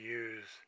use